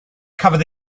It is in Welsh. cafodd